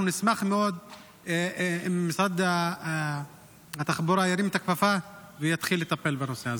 ואנחנו נשמח מאוד אם משרד התחבורה ירים את הכפפה ויתחיל לטפל בנושא הזה.